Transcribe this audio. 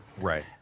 Right